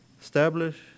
establish